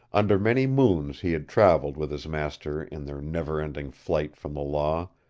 under many moons he had traveled with his master in their never-ending flight from the law,